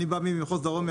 אני בא ממחוז דרום,